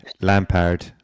Lampard